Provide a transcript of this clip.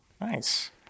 Nice